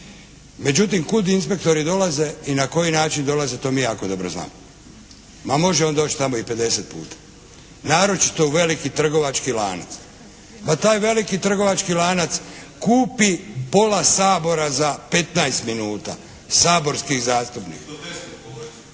Međutim kud inspektori dolaze i na koji način dolaze to mi jako dobro znamo. Ma može on doći tamo i 50 puta. Naročito u veliki trgovački lanac. Pa taj veliki trgovački lanac kupi pola Sabora za 15 minuta, saborskih zastupnika.